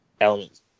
elements